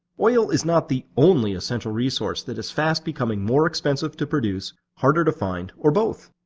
oil is not the only essential resource that is fast becoming more expensive to produce, harder to find, or both.